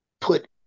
put